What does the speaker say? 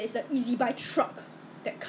I can't remember how much eh 几十块钱 ah